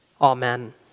Amen